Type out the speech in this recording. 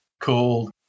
called